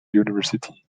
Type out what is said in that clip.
university